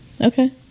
Okay